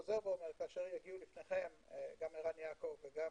שוב אומר - כאשר יגיעו לפניכם גם ערן יעקב וגם